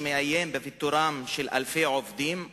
שמאיים בפיטוריהם של אלפי עובדים,